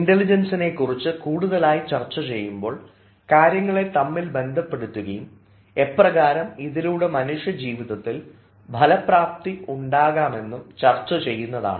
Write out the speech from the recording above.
ഇൻറലിജൻസിനെ കുറിച്ച് കൂടുതലായി ചർച്ച ചെയ്യുമ്പോൾ കാര്യങ്ങളെ തമ്മിൽ ബന്ധപ്പെടുത്തുകയും എപ്രകാരം ഇതിലൂടെ മനുഷ്യജീവിതത്തിൽ ഫലപ്രാപ്തി ഉണ്ടാക്കാമെന്നും ചർച്ച ചെയ്യുന്നതാണ്